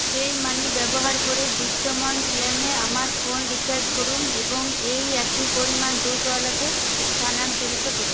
PayUmoney ব্যবহার করে বিদ্যমান প্ল্যানে আমার ফোন রিচার্জ করুন এবং এই একই পরিমাণ দুধওয়ালাকে স্থানান্তরিত করুন